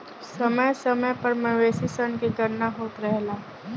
समय समय पर मवेशी सन के गणना होत रहेला